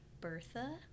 Bertha